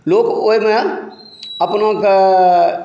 लोक ओहिमे अपनाकेँ